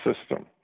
system